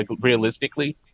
realistically